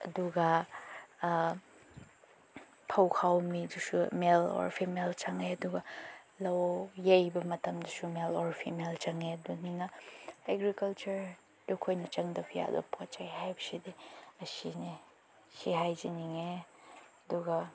ꯑꯗꯨꯒ ꯐꯧ ꯈꯥꯎꯕ ꯃꯤꯗꯨꯁꯨ ꯃꯦꯜ ꯑꯣꯔ ꯐꯤꯃꯦꯜ ꯆꯪꯉꯦ ꯑꯗꯨꯒ ꯂꯧ ꯌꯩꯕ ꯃꯇꯝꯗꯁꯨ ꯃꯦꯜ ꯑꯣꯔ ꯐꯤꯃꯦꯜ ꯆꯪꯉꯦ ꯑꯗꯨꯗꯨꯅ ꯑꯦꯒ꯭ꯔꯤꯀꯜꯆꯔꯗ ꯑꯩꯈꯣꯏꯅ ꯆꯪꯗꯕ ꯌꯥꯗꯕ ꯄꯣꯠ ꯆꯩ ꯍꯥꯏꯕꯁꯤꯗꯤ ꯑꯁꯤꯅꯦ ꯁꯤ ꯍꯥꯏꯖꯅꯤꯡꯉꯦ ꯑꯗꯨꯒ